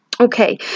Okay